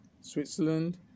Switzerland